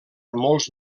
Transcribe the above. molts